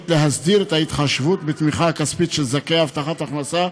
להסדיר את ההתחשבות בתמיכה הכספית של זכאי הבטחת הכנסה,